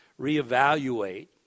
reevaluate